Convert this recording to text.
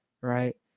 right